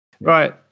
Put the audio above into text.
Right